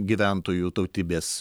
gyventojų tautybės